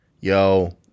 yo